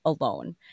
alone